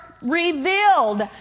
revealed